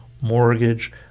mortgage